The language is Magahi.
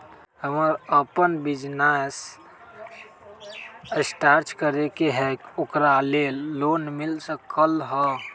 हमरा अपन बिजनेस स्टार्ट करे के है ओकरा लेल लोन मिल सकलक ह?